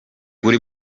buri